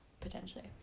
Potentially